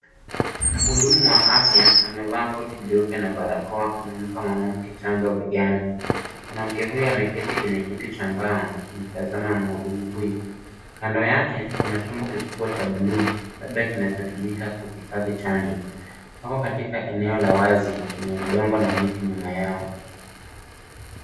Mhudumu wa afya amevaa koti jeupe na barakoa anampaa mwanamke chanjo begani. Mwaanmke huyo ameketi kwenye kiti cha mbao akimtazama mhudumu huyu. Kando yake kuna chombo kikubwa cha buluu labda kinachotumika kuhifadhi chanjo. Wako katika eneo la wazi lenye udongo na miti nyuma yao.